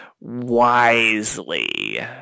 wisely